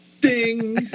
Ding